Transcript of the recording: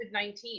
COVID-19